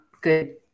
good